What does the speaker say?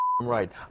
right